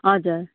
हजुर